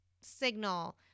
signal